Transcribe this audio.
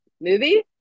movie